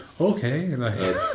okay